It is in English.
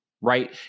right